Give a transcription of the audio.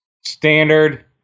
standard